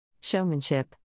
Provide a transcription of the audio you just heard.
Showmanship